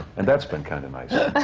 and that's been kind of nice.